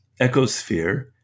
ecosphere